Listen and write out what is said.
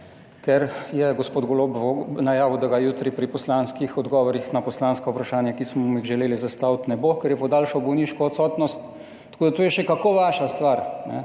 ker je gospod Golob najavil, da ga jutri pri odgovorih na poslanska vprašanja, ki smo mu jih želeli zastaviti, ne bo, ker je podaljšal bolniško odsotnost, tako da to je še kako vaša stvar,